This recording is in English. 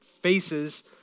faces